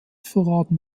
verraten